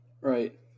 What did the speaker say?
Right